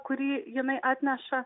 kurį jinai atneša